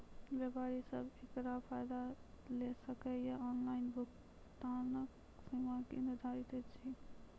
व्यापारी सब एकरऽ फायदा ले सकै ये? ऑनलाइन भुगतानक सीमा की निर्धारित ऐछि?